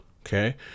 Okay